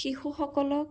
শিশুসকলক